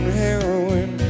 heroin